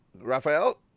Raphael